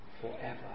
forever